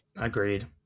agreed